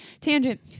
tangent